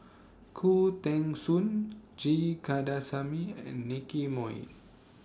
Khoo Teng Soon G Kandasamy and Nicky Moey